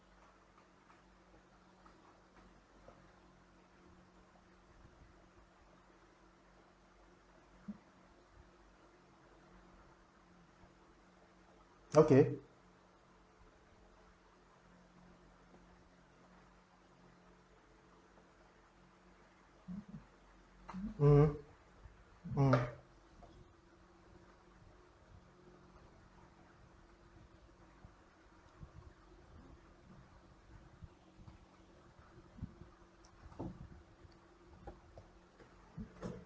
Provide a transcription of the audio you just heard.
okay mm mm